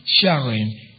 sharing